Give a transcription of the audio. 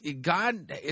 God